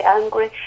angry